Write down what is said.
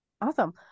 Awesome